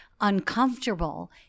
uncomfortable